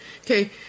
Okay